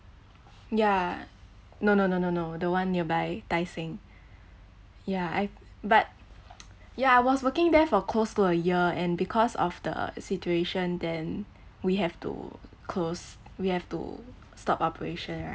ya no no no no no the one nearby tai seng ya I but ya I was working there for close to a year and because of the situation then we have to close we have to stop operation